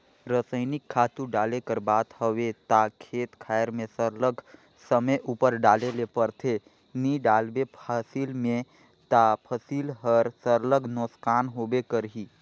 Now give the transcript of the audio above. रसइनिक खातू डाले कर बात हवे ता खेत खाएर में सरलग समे उपर डाले ले परथे नी डालबे फसिल में ता फसिल हर सरलग नोसकान होबे करही